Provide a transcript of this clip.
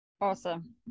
awesome